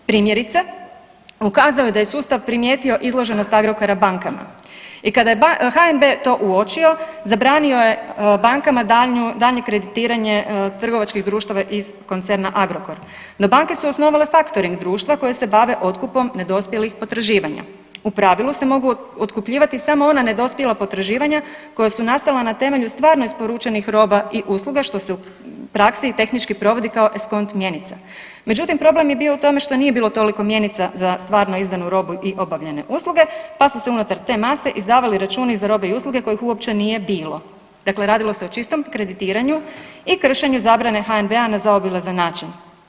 Primjerice, ukazao je da sustav primijetio izloženost Agrokora bankama i kada je HNB to uočio, zabranio je bankama daljnje kreditiranje trgovačkih društava iz koncerna Agrokor, no banke su osnovale faktoring društva koje se bave otkupom nedospjelih potraživanja, u pravilu se mogu otkupljivati samo ona nedospjela potraživanja koja su nastala na temelju stvarno isporučenih roba i usluga, što se u praksi tehnički provodi kao eskont mjenica međutim problem je bio u tome što nije bilo toliko mjenica za stvarno izdanu robu i obavljene usluge, pa su se unutar te mase izdavali računi za robe i usluge kojih uopće nije bilo, dakle radilo se o čistom kreditiranju i kršenju zabrane HNB-a na zaobilazan način.